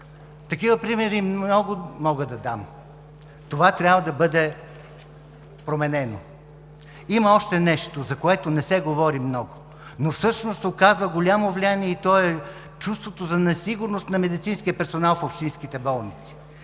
Такива примери мога много да дам. Това трябва да бъде променено. Има още нещо, за което не се говори много, но всъщност оказва голямо влияние, и то е чувството за несигурност на медицинския персонал в общинските болници.